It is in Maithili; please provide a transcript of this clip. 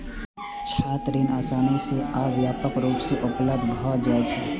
छात्र ऋण आसानी सं आ व्यापक रूप मे उपलब्ध भए जाइ छै